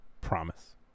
promise